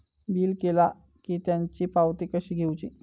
Bill केला की त्याची पावती कशी घेऊची?